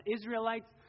Israelites